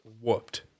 whooped